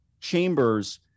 Chambers